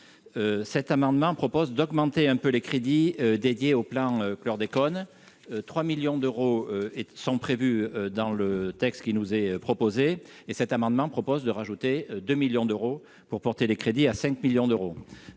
cet amendement propose d'augmenter un peu les crédits dédiés au plan chlordécone 3 millions d'euros et sont prévues dans le texte qui nous est proposé et cet amendement propose de rajouter 2 millions d'euros pour porter les crédits à 5 millions d'euros,